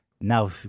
Now